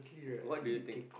what do you think